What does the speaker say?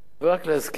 ורק להזכיר